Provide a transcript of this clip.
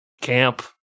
camp